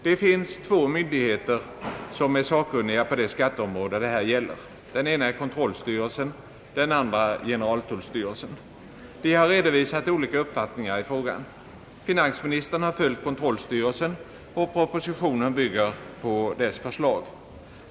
Det finns två myndigheter som är sakkunniga på det skatteområde det här gäller. Den ena är kontrollstyrelsen, den andra generaltullstyrelsen. De har redovisat olika uppfattningar i frågan. Finansministern har följt kontrollstyrelsen, och propositionen bygger på dess förslag.